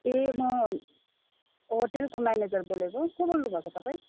ए म होटलको म्यानेजर बोलेको को बोल्नुभएको तपाईँ